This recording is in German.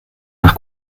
nach